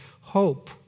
hope